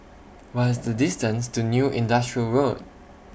What IS The distance to New Industrial Road